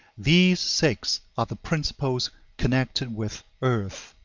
these six are the principles connected with earth.